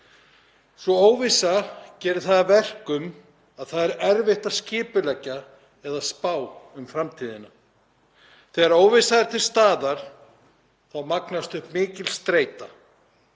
Sú óvissa gerir það að verkum að það er erfitt að skipuleggja eða spá fyrir um framtíðina. Þegar óvissa er til staðar magnast upp mikil streita.